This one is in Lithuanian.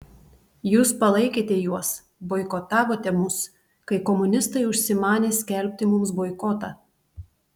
jūs palaikėte juos boikotavote mus kai komunistai užsimanė skelbti mums boikotą